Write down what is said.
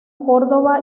córdoba